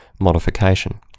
modification